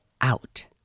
out